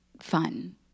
fun